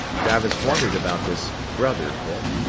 travis wondered about this brother bit.